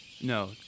No